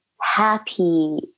happy